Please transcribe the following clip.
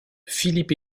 philippe